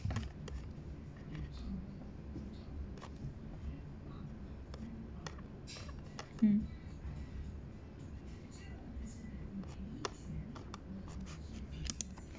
mm